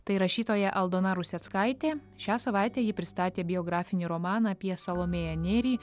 tai rašytoja aldona ruseckaitė šią savaitę ji pristatė biografinį romaną apie salomėją nėrį